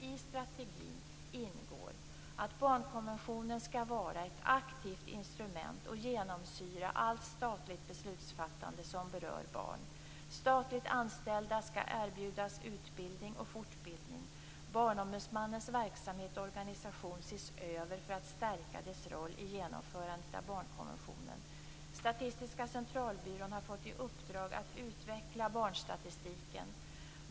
I strategin ingår att barnkonventionen skall vara ett aktivt instrument och genomsyra allt statligt beslutsfattande som berör barn. Statligt anställda skall erbjudas utbildning och fortbildning. Barnombudsmannens verksamhet och organisation skall ses över för att stärka dess roll i genomförandet av barnkonventionen. Statistiska centralbyrån har fått i uppdrag att utveckla barnstatistiken.